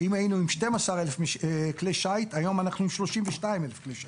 היום אנחנו עם 32,000 כלי שיט,